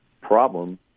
problem